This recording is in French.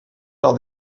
par